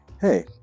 Hey